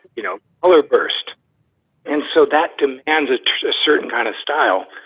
you know, either burst and so that demands a certain kind of style.